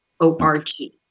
o-r-g